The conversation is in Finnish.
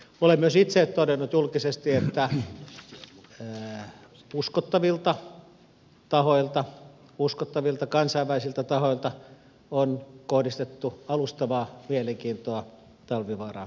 olen myös itse todennut julkisesti että uskottavilta kansainvälisiltä tahoilta on kohdistettu alustavaa mielenkiintoa talvivaaraa kohtaan